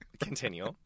Continue